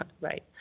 Right